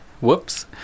Whoops